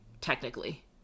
technically